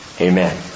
Amen